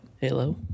hello